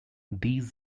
these